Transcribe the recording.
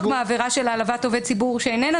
כמו העבירה של העלבת עובד ציבור שאיננה